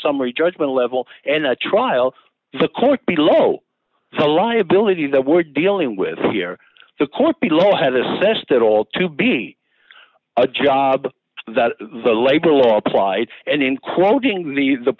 summary judgment level and the trial the court below the liability that we're dealing with here the court below had assessed at all to be a job that the labor law applied and in quoting